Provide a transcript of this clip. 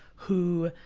who,